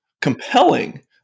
compelling